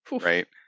Right